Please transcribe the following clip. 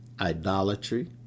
idolatry